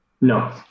No